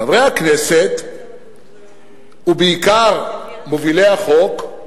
חברי הכנסת ובעיקר מובילי החוק,